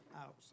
out